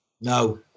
no